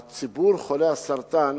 הציבור חולה הסרטן,